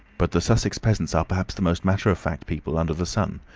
but the sussex peasants are perhaps the most matter-of-fact people under the sun.